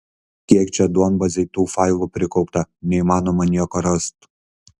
kiek čia duombazėj tų failų prikaupta neįmanoma nieko rast